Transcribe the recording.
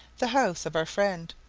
the house of our friend.